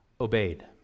obeyed